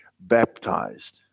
baptized